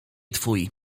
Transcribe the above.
twój